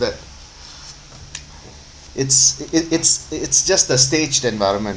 that it's it it it's it it's just a staged environment